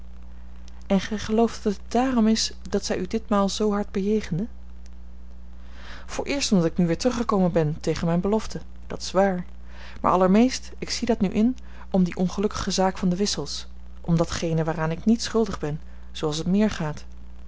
en gij gelooft dat het daarom is dat zij u ditmaal zoo hard bejegende vooreerst omdat ik nu weer teruggekomen ben tegen mijn belofte dat is waar maar allermeest ik zie dat nu in om die ongelukkige zaak van de wissels om datgene waaraan ik niet schuldig ben zooals t meer gaat